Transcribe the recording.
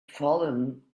fallen